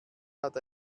hat